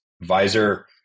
Visor